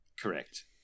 Correct